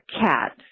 cat